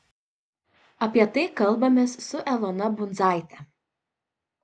apie tai kalbamės su elona bundzaite